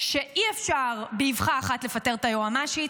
שאי-אפשר באבחה אחת לפטר את היועמ"שית,